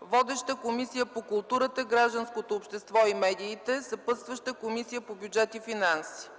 Водеща е Комисията по културата, гражданското общество и медиите, съпътстваща е Комисията по бюджет и финанси.